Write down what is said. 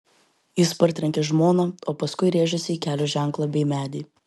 jis partrenkė žmoną o paskui rėžėsi į kelio ženklą bei medį